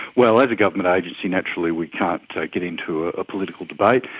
well, as a government agency, naturally we can't get into a political debate,